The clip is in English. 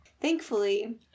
Thankfully